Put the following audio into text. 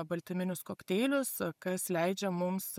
baltyminius kokteilius kas leidžia mums